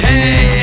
Hey